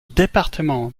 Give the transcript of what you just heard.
département